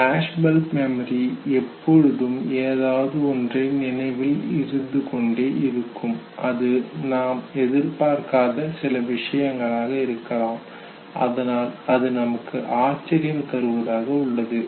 flashbulb memory எப்பொழுதும் ஏதாவது ஒன்று நினைவில் இருந்து கொண்டே இருக்கும் அது நாம் எதிர்பார்க்காத சில விஷயங்களாக இருக்கலாம் அதனால் அது நமக்கு ஆச்சரியம் தருவதாக உள்ளது